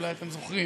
אולי אתם זוכרים